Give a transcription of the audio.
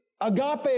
agape